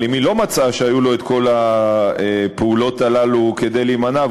אבל אם היא לא מצאה שהיו לו כל הפעולות האלה כדי להימנע,